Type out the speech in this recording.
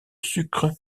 sucre